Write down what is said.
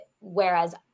whereas